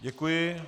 Děkuji.